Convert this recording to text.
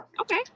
Okay